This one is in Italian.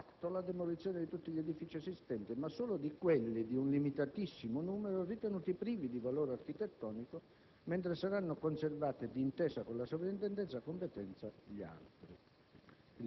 affatto la demolizione di tutti gli edifici esistenti, ma solo di quelli - di un limitatissimo numero - ritenuti privi di valore architettonico, mentre saranno conservati, di intesa con la soprintendenza competente, gli altri.